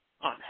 on